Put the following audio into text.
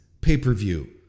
pay-per-view